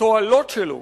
התועלות שלו,